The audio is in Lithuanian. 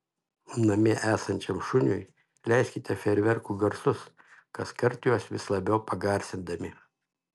namie esančiam šuniui leiskite fejerverkų garsus kaskart juos vis labiau pagarsindami